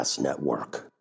network